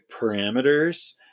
parameters